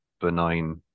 benign